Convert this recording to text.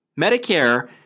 Medicare